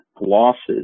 losses